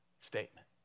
statement